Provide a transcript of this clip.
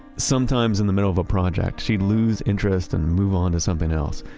sometimes in the middle of a project, she'd lose interest and move on to something else.